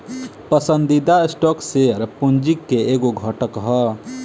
पसंदीदा stock share पूंजी के एगो घटक ह